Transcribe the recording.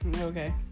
Okay